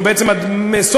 ובעצם עד סוף,